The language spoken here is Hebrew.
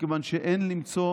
מכיוון שאין למצוא